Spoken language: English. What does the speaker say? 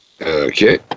Okay